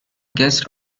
guest